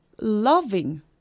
loving